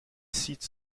sites